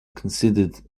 considered